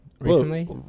Recently